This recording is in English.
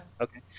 Okay